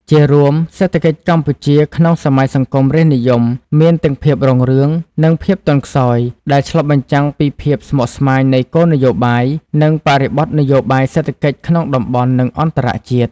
ជារួម សេដ្ឋកិច្ចកម្ពុជាក្នុងសម័យសង្គមរាស្ត្រនិយមមានទាំងភាពរុងរឿង និងភាពទន់ខ្សោយ ដែលឆ្លុះបញ្ចាំងពីភាពស្មុគស្មាញនៃគោលនយោបាយ និងបរិបទនយោបាយសេដ្ឋកិច្ចក្នុងតំបន់ និងអន្តរជាតិ។